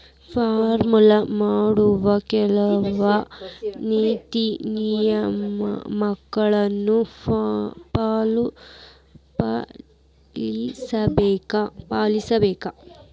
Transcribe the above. farm ಮಾಡೊವ್ರು ಕೆಲ್ವ ನೇತಿ ನಿಯಮಗಳನ್ನು ಪಾಲಿಸಬೇಕ